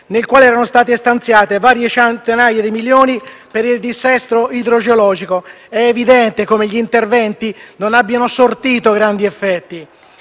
nel quale erano state stanziate varie centinaia di milioni di euro per il dissesto idrogeologico. È evidente come gli interventi non abbiano sortito grandi effetti.